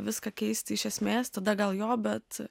viską keisti iš esmės tada gal jo bet